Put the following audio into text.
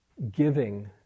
Giving